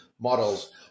models